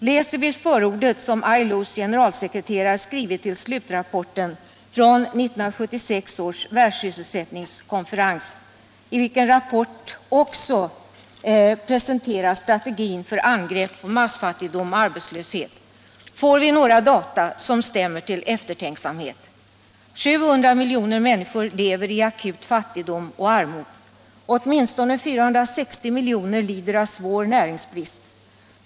Läser vi förordet som ILO:s generalsekreterare skrivit till slutrapporten från 1976 års världssysselsättningskonferens, i vilken rapport också presentei. s strategin för angrepp på massfattigdom och arbetslöshet, får vi några data som stämmer till eftertänksamhet. 700 miljoner människor lever i akut fattigdom och armod, och åtminstone 460 miljoner lider av svår näringsbrist.